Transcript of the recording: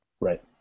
Right